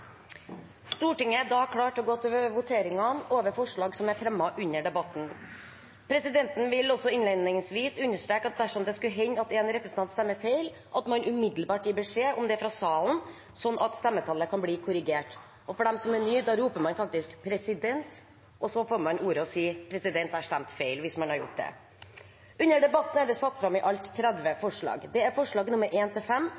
Stortinget er da klar til å gå til votering over forslag som er fremmet i debatten. Presidenten vil også innledningsvis understreke at dersom det skulle hende at en representant stemmer feil, gir man umiddelbart beskjed om det fra salen, slik at stemmetallet kan bli korrigert. Til dem som er nye: Man roper: President, og så får man ordet og sier: Jeg har stemt feil – hvis man har gjort det. Under debatten er det satt fram i alt 30